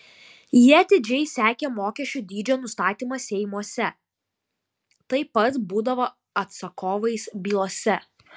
jie atidžiai sekė mokesčių dydžio nustatymą seimuose taip pat būdavo atsakovais bylose